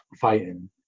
fighting